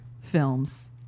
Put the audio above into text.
films